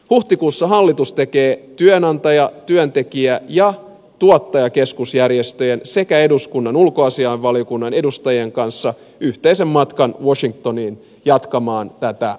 huhtikuussa hallitus tekee työnantaja työntekijä ja tuottajakeskusjärjestöjen sekä eduskunnan ulkoasiainvaliokunnan edustajien kanssa yhteisen matkan washingtoniin jatkamaan tätä vuoropuhelua